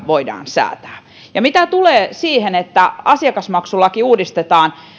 voidaan säätää mitä tulee siihen että asiakasmaksulaki uudistetaan